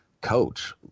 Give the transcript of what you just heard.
coach